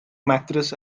mattress